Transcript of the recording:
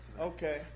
Okay